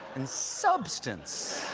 and substance.